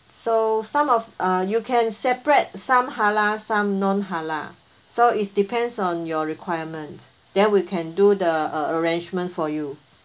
so some of uh you can separate some halal some non halal so is depends on your requirement then we can do the uh arrangement for you